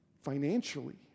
financially